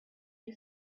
you